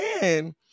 man